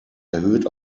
erhöht